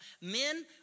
Men